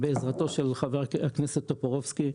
בעזרתו של חבר הכנסת טופורובסקי,